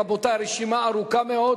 רבותי, הרשימה ארוכה מאוד.